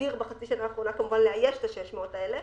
אדיר בחצי השנה האחרונה כדי לאייש את ה-600 האלה,